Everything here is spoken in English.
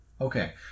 Okay